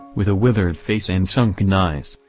with a withered face and sunken eyes,